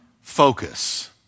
focus